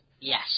Yes